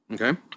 Okay